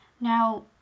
Now